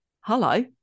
Hello